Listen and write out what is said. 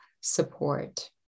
support